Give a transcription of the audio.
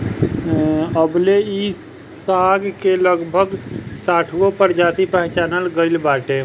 अबले इ साग के लगभग साठगो प्रजाति पहचानल गइल बाटे